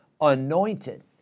anointed